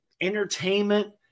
entertainment